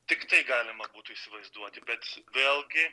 tik tai galima būtų įsivaizduoti bet vėlgi